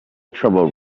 trouble